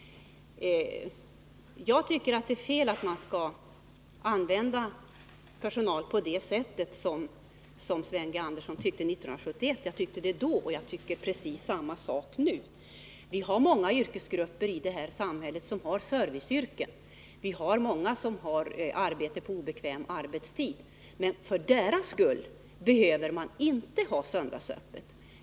Jag tycker det är fel att man skall använda personal på det sättet som Sven G. Andersson talade om 1971 — jag tyckte det då, och jag har precis samma åsikt nu. Det finns många yrkesgrupper i samhället som har serviceyrken. Det finns många som har arbete på obekväm arbetstid. Men för deras skull behöver man inte ha söndagsöppet.